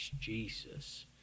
Jesus